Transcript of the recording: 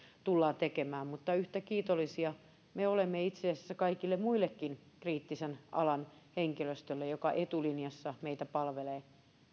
tullaan tekemään mutta yhtä kiitollisia me olemme itse asiassa kaikelle muullekin kriittisen alan henkilöstölle joka etulinjassa meitä palvelee